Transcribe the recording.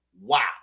Wow